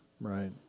Right